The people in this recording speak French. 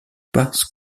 parce